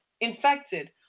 infected